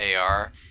AR